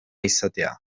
izatea